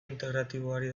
integratiboari